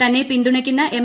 തന്നെ പിന്തുണയ്ക്കുന്ന എം